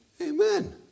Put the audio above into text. Amen